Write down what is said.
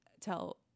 tell